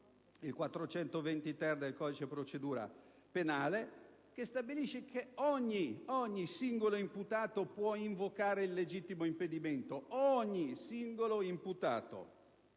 420-*ter* del codice di procedura penale stabilisce che ogni singolo imputato può invocare il legittimo impedimento